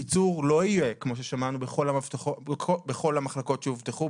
הקיצור לא יהיה כמו ששמענו בכל המחלקות שהובטחו,